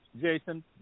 Jason